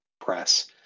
press